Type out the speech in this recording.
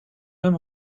homme